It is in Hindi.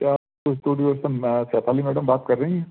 क्या आपके स्टुडियो से मैं शेफ़ाली मैडम बात कर रहीं हैं